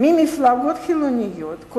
ממפלגות חילוניות,